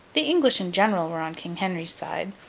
the english in general were on king henry's side,